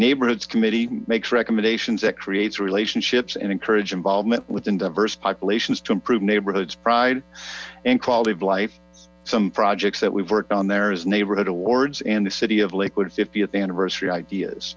neighborhoods committee makes recommendations that creates relationships and encourage involvement within diverse populations to improve neighborhoods pride and quality of life some projects that we've worked on there neighborhood awards and the city of lakewood fiftieth anniversary ideas